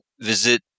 visit